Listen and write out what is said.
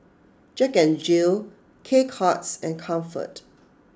Jack N Jill K Cuts and Comfort